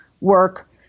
work